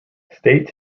state